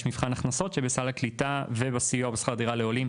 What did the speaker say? יש מבחן הכנסות שבסל הקליטה ובסיוע בשכר דירה לעולים,